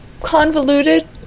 convoluted